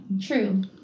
True